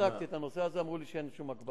בדקתי את הנושא הזה ואמרו לי שאין שום הגבלה.